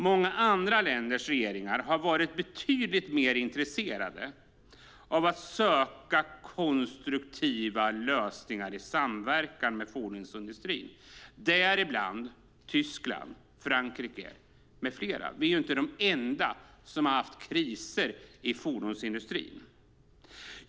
Många andra länders regeringar har varit betydligt mer intresserade av att söka konstruktiva lösningar i samverkan med fordonsindustrin, däribland Tyskland, Frankrike med flera. Vi är inte de enda som haft kriser i fordonsindustrin.